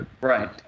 Right